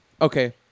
okay